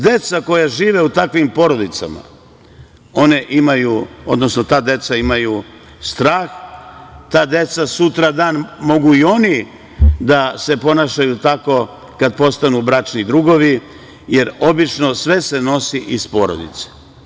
Deca koja žive u takvim porodicama, ta deca imaju strah, ta deca sutra dan mogu i oni da se ponašaju tako kada postanu bračni drugovi, jer obično sve se nosi iz porodice.